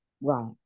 Right